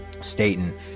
Staten